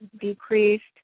decreased